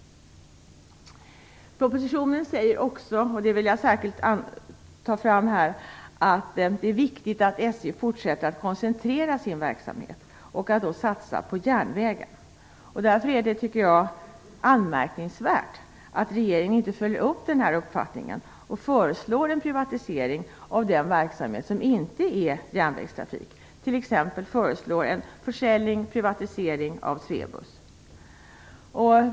I propositionen sägs också, vilket jag särskilt vill lyfta fram, att det är viktigt att SJ fortsätter att koncentrera sin verksamhet och då satsar på järnvägen. Därför är det anmärkningsvärt att regeringen inte följer upp denna uppfattning och föreslår en privatisering av den verksamhet som inte omfattar järnvägstrafik, t.ex. försäljning och privatisering av Swebus.